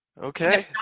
Okay